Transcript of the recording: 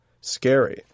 scary